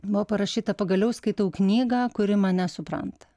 buvo parašyta pagaliau skaitau knygą kuri mane supranta